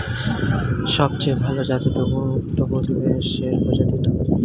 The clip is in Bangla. সবচেয়ে ভাল জাতের দুগ্ধবতী মোষের প্রজাতির নাম কি?